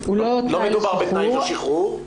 הוא לא תנאי לשחרור.